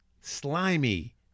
Slimy